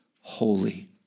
holy